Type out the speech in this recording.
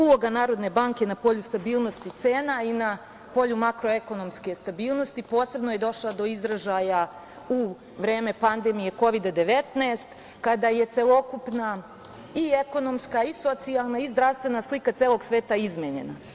Uloga Narodne banke na polju stabilnosti cena i na polju makro-ekonomske stabilnosti posebno je došla do izražaja u vreme pandemije Kovida-19 kada je celokupna i ekonomska i socijalna i zdravstvena slika celog sveta izmenjena.